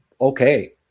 okay